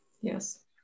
Yes